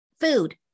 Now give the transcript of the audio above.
Food